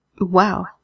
Wow